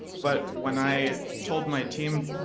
but when i told my team